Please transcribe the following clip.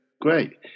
great